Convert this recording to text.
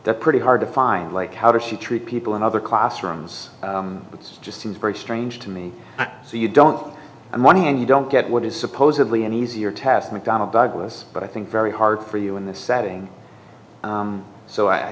pretty hard to find like how does she treat people in other classrooms it's just seems very strange to me so you don't i'm one and you don't get what is supposedly an easier task mcdonnell douglas but i think very hard for you in this setting so i